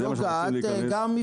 לזה אנחנו רוצים להיכנס.